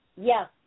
yes